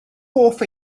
hoff